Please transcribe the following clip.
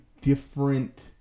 different